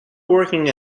working